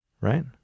right